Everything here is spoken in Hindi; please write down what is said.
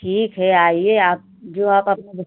ठीक है आइए आप जो आप अपने बच्चे